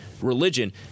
religion